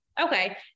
Okay